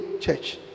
church